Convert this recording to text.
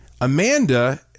Amanda